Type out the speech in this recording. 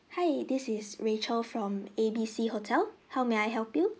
hi this is rachel from ABC hotel how may I help you